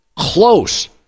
close